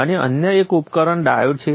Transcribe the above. અને અન્ય એક ઉપકરણ ડાયોડ છે